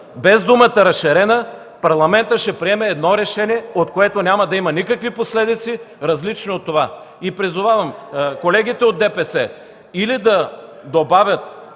Местан) Парламентът ще приеме решение, от което няма да има никакви последици, различни от това. Призовавам колегите от ДПС или да добавят